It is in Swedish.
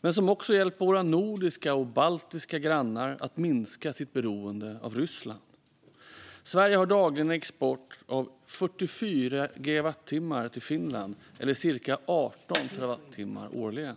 men som också hjälper våra nordiska och baltiska grannar att minska sitt beroende av Ryssland. Sverige har dagligen en export av 44 gigawattimmar till Finland eller cirka 18 terawattimmar årligen.